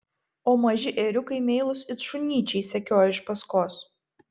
o maži ėriukai meilūs it šunyčiai sekioja iš paskos